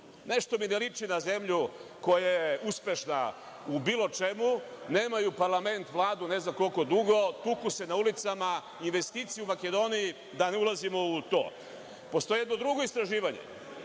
Nešto mi ne ličini na zemlju koja je uspešno u bilo čemu. Nemaju parlament, vladu, ne znam koliko dugo, tuku se na ulicama, investicije u Makedoniji da ne ulazimo u to. Postoji jedno drugo istraživanje